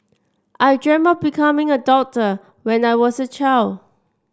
I dreamt up becoming a doctor when I was a child